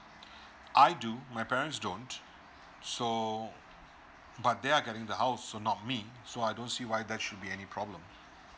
I do my parents don't so but they are the getting the house so not me so I don't see why that should be any problem